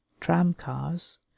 tram-cars